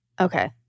Okay